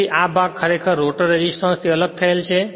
તેથી આ ભાગ ખરેખર રોટર રેસિસ્ટન્સ થી અલગ થયેલ છે